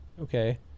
okay